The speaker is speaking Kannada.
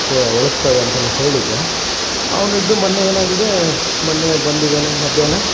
ಕ್ಕೆ ಉಳುಕ್ತವೆ ಅಂತೆಳಿ ಹೇಳಿದ್ದೆ ಅವ್ನಿದು ಮೊನ್ನೆ ಏನಾಗಿದೇ ಮೊನ್ನೆ ಬಂದಿದಾನೆ ಮಧ್ಯಾಹ್ನ